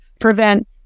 prevent